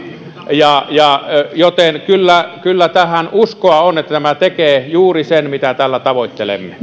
joten kyllä kyllä uskoa on että tämä tekee juuri sen mitä tällä tavoittelemme